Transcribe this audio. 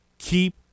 Keep